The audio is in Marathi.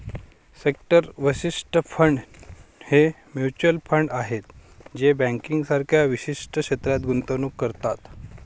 सेक्टर विशिष्ट फंड हे म्युच्युअल फंड आहेत जे बँकिंग सारख्या विशिष्ट क्षेत्रात गुंतवणूक करतात